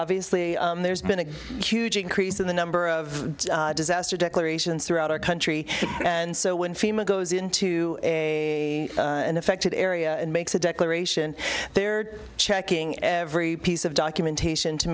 obviously there's been a huge increase in the number of disaster declarations throughout our country and so when fema goes into a affected area and makes a declaration they're checking every piece of documentation to